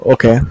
Okay